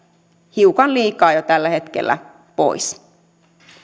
hiukan liikaa jo tällä hetkellä pois